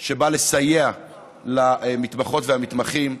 שבא לסייע למתמחות והמתמחים,